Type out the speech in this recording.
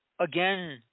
again